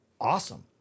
Awesome